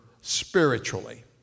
spiritually